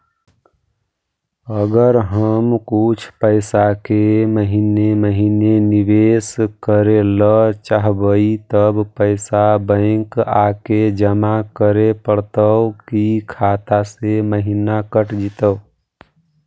अगर हम कुछ पैसा के महिने महिने निबेस करे ल चाहबइ तब पैसा बैक आके जमा करे पड़तै कि खाता से महिना कट जितै?